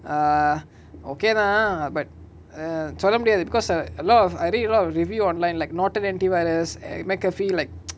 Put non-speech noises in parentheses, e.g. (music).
err okay தா:tha but err சொல்ல முடியாது:solla mudiyaathu because err a lot of I read a lot of review online like norton anti-virus mcafee like (noise)